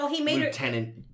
Lieutenant